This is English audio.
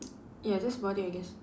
ya that's about it I guess